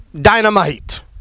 dynamite